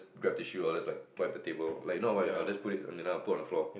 grab tissue others like wipe the table like what other place you know put on floor